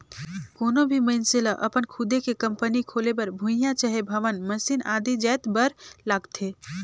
कोनो भी मइनसे लअपन खुदे के कंपनी खोले बर भुंइयां चहे भवन, मसीन आदि जाएत बर लागथे